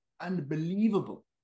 unbelievable